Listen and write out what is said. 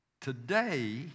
Today